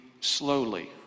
slowly